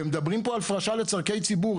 ומדברים פה הפרשה לצרכי ציבור.